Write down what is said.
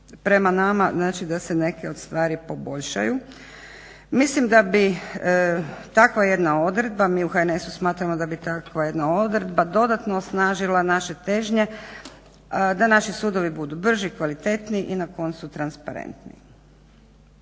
prema nama. Znači da se neke od stvari poboljšaju. Mislim da bi takva jedna odredba, mi u HNS-u smatramo da bi takva jedna odredba dodatno osnažila naše težnje da naši sudovi budu brži, kvalitetniji i na koncu transparentni.